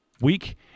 week